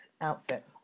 outfit